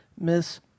Miss